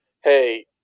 hey